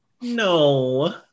no